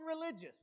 religious